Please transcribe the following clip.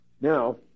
Now